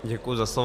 Děkuji za slovo.